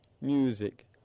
music